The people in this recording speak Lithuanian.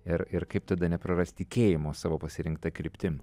ir ir kaip tada neprarasti tikėjimo savo pasirinkta kryptim